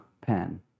pen